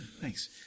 Thanks